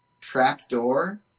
Trapdoor